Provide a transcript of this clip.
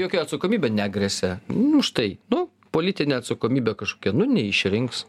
jokia atsakomybė negresia už tai nu politinė atsakomybė kažkokia nu neišrinks